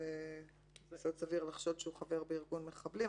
יסוד סביר לחשוד שהוא בארגון מחבלים,